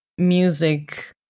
Music